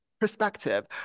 perspective